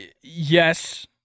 Yes